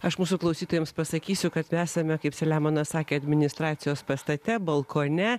aš mūsų klausytojams pasakysiu kad esame kaip selemonas sakė administracijos pastate balkone